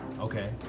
Okay